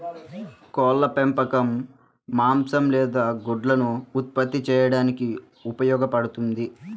కోళ్ల పెంపకం మాంసం లేదా గుడ్లను ఉత్పత్తి చేయడానికి ఉపయోగపడుతుంది